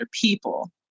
people